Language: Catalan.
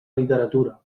literatura